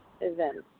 events